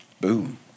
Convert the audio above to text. boom